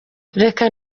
reka